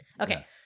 Okay